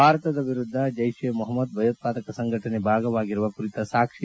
ಭಾರತದ ವಿರುದ್ಧ ಚೈಷ್ ಎ ಮೊಹಮ್ಮದ್ ಭಯೋತ್ಪಾದಕ ಸಂಘಟನೆ ಭಾಗಿಯಾಗಿರುವ ಕುರಿತ ಸಾಕ್ಷೆ